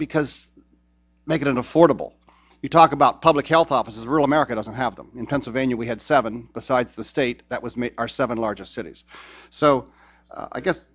because make it affordable you talk about public health offices rural america doesn't have them in pennsylvania we had seven besides the state that was our seven largest cities so i guess